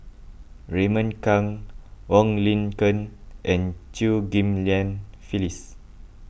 Raymond Kang Wong Lin Ken and Chew Ghim Lian Phyllis